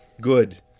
Good